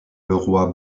leroy